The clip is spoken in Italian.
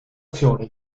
azione